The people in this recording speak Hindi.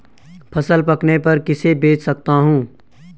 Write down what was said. फसल पकने पर किसे बेच सकता हूँ?